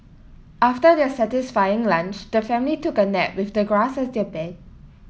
after their satisfying lunch the family took a nap with the grass as their bed